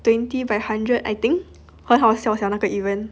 twenty by hundred I think 好好笑那个 event